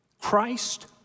Christ